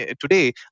today